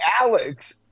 Alex